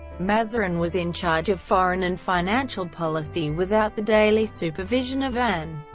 mazarin was in charge of foreign and financial policy without the daily supervision of anne,